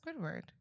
Squidward